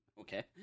okay